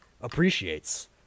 appreciates